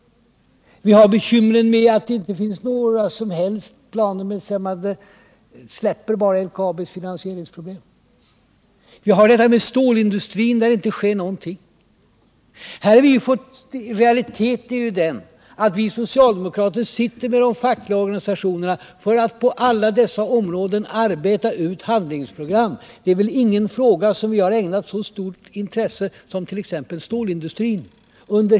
Vi har bekymmer med att det inte finns några som helst planer beträffande LKAB utan man struntar i finansieringsproblemen, vi har stålindustrin där det inte sker någonting. I realiteten sitter socialdemokrater i de fackliga organisationerna för att på alla dessa områden arbeta ut handlingsprogram. Det är väl inte någon fråga som vi under det senaste året ägnat så stort intresse som stålindustrin.